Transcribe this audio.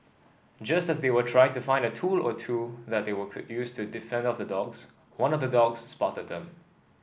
just as they were trying to find a tool or two that they could use to off the dogs one of the dogs spotted them